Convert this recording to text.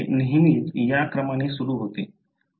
ते नेहमीच या क्रमाने सुरू होते